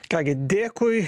ką gi dėkui